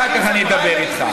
אחר כך אני אדבר איתך.